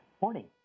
Morning